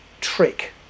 trick